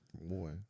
Boy